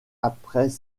après